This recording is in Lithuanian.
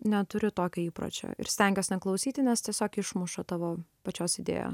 neturiu tokio įpročio ir stengiuos neklausyti nes tiesiog išmuša tavo pačios idėją